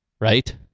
Right